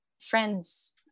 friends